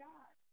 God